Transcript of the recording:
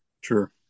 Sure